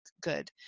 good